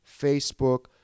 Facebook